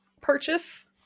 purchase